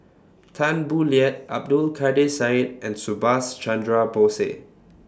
Tan Boo Liat Abdul Kadir Syed and Subhas Chandra Bose